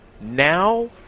now